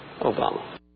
Obama